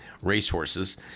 racehorses